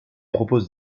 propose